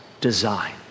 design